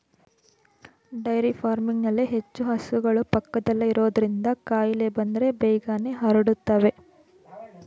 dairy ಫಾರ್ಮಿಂಗ್ನಲ್ಲಿ ಹೆಚ್ಚು ಹಸುಗಳು ಪಕ್ಕದಲ್ಲೇ ಇರೋದ್ರಿಂದ ಕಾಯಿಲೆ ಬಂದ್ರೆ ಬೇಗನೆ ಹರಡುತ್ತವೆ